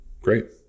Great